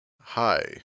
Hi